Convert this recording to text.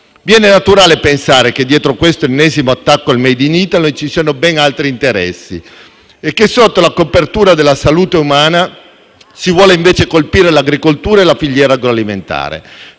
Viene naturale pensare che dietro questo ennesimo attacco al *made in Italy* ci siano ben altri interessi e che sotto la copertura della salute umana si voglia invece colpire l'agricoltura e la filiera agroalimentare.